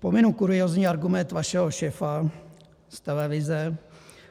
Pominu kuriózní argument vašeho šéfa z televize,